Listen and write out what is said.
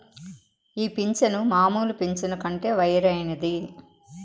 ఈ పింఛను మామూలు పింఛను కంటే వేరైనది